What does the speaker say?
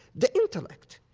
the intellect.